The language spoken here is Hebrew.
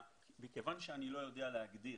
מכיוון שאני לא יודע להגדיר